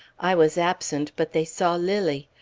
i was absent, but they saw lilly.